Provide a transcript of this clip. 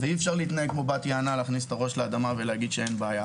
אי אפשר להתנהג כבת יענה ולהגיד שאין בעיה.